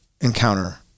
encounter